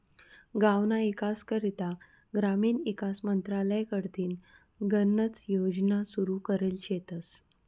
गावना ईकास करता ग्रामीण ईकास मंत्रालय कडथीन गनच योजना सुरू करेल शेतस